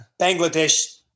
Bangladesh